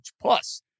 Plus